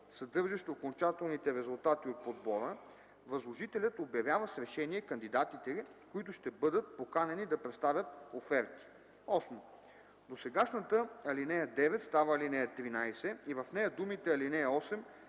съдържащ окончателните резултати от подбора, възложителят обявява с решение кандидатите, които ще бъдат поканени да представят оферти.” 8. Досегашната ал. 9 става ал. 13 и в нея думите „ал. 8”